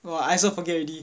!wah! I also forget already